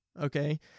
Okay